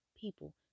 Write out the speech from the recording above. people